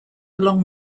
along